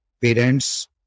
parents